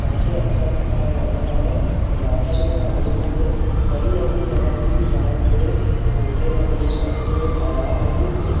सबसे अच्छा सफर रहता है हिमाचल में हम लोग ने कई ऐसी जगह थी जहाँ पे छोटे हम लोग बच्चे लोग अलाउ नहीं थे